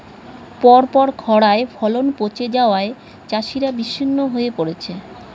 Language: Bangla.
পরপর খড়ায় ফলন পচে যাওয়ায় চাষিরা বিষণ্ণ হয়ে পরেছে